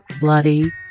Bloody